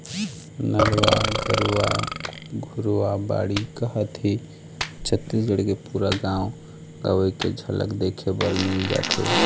नरूवा, गरूवा, घुरूवा, बाड़ी कहत ही छत्तीसगढ़ के पुरा गाँव गंवई के झलक देखे बर मिल जाथे